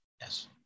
Yes